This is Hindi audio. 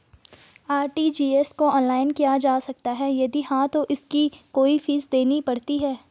आर.टी.जी.एस को ऑनलाइन किया जा सकता है यदि हाँ तो इसकी कोई फीस देनी पड़ती है?